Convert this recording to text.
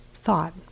thought